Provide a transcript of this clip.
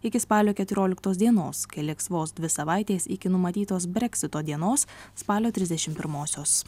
iki spalio keturioliktos dienos kai liks vos dvi savaitės iki numatytos breksito dienos spalio trisdešim pirmosios